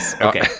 Okay